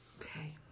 Okay